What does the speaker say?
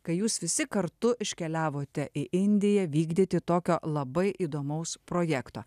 kai jūs visi kartu iškeliavote į indiją vykdyti tokio labai įdomaus projekto